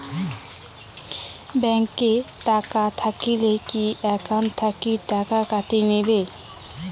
Bank এ টাকা থাকিলে কি একাউন্ট থাকি টাকা কাটি নিবেন?